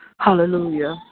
Hallelujah